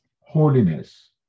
holiness